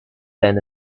than